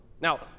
Now